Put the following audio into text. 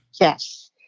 Yes